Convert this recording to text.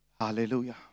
Hallelujah